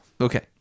Okay